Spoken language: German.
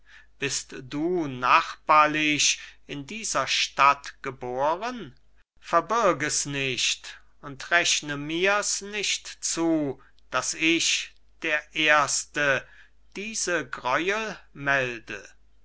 bist du nachbarlich in dieser stadt geboren verbirg es nicht und rechne mir's nicht zu daß ich der erste diese gräuel melde